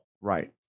Right